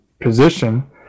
position